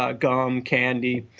ah gum, candy,